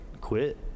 quit